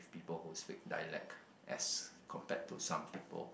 people who speak dialect as compared to some people